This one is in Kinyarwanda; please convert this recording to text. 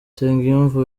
nsengiyumva